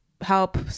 help